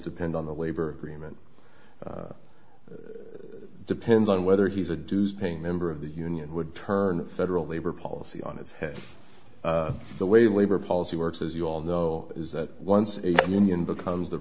depend on the labor agreement depends on whether he's a dues paying member of the union would turn federal labor policy on its head the way labor policy works as you all know is that once a union becomes the